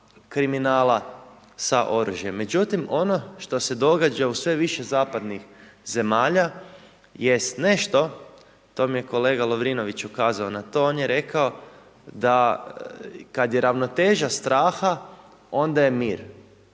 kriminala sa oružjem. Međutim, ono što se događa u sve više zapadnih zemalja jest nešto, to mi je kolega Lovrinović ukazao na to, on je rekao da kad je ravnoteža straha onda je mir.